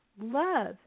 Love